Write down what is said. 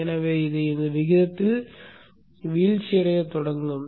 எனவே அது இந்த விகிதத்தில் வீழ்ச்சியடையத் தொடங்க வேண்டும்